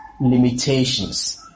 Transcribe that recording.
limitations